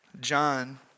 John